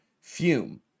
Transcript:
Fume